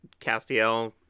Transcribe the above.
Castiel